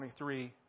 23